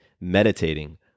meditating